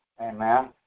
Amen